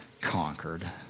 conquered